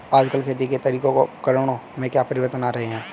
आजकल खेती के तरीकों और उपकरणों में क्या परिवर्तन आ रहें हैं?